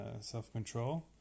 self-control